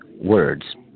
words